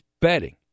betting